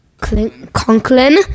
Conklin